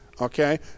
okay